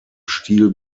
stil